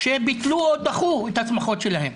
שביטלו או דחו את השמחות שלהם,